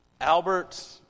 Albert